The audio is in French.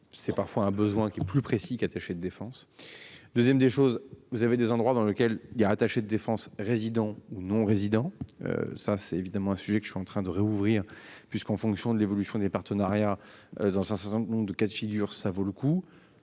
c'est parfois un besoin qui est plus précis qui attaché de défense. 2ème des choses, vous avez des endroits dans lequel il y a attaché de défense résidents ou non résidents. Ça, c'est évidemment un sujet que je suis en train de réouvrir puisqu'en fonction de l'évolution des partenariats. Dans un certain nombre de cas de figure, ça vaut le coup